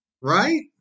right